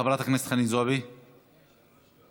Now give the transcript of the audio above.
חברת הכנסת חנין זועבי, מוותרת.